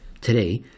today